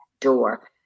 door